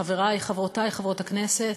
חברי, חברותי חברות הכנסת,